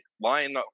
line